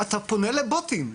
אתה פונה לבוטים.